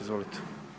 Izvolite.